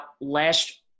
last